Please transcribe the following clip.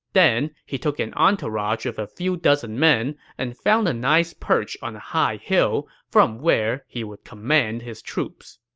then, he took an entourage of a few dozen men and found a nice perch on a high hill, from where he would command his troops